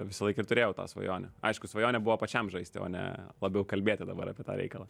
visąlaik ir turėjau tą svajonę aišku svajonė buvo pačiam žaisti o ne labiau kalbėti dabar apie tą reikalą